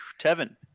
Tevin